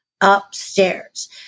upstairs